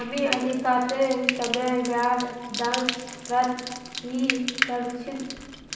हामी अधिकतर समय वायर ट्रांसफरत ही करचकु